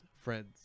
friends